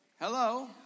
Hello